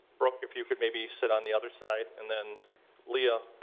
brooke, if you could maybe sit on the other side. and then lia.